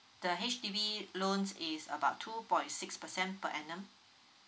the H_D_B loans is about two point six percent per annum